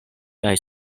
kaj